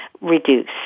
reduce